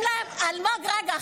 אלמוג, רגע.